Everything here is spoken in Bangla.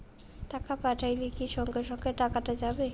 টাকা পাঠাইলে কি সঙ্গে সঙ্গে টাকাটা যাবে?